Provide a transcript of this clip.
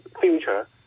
future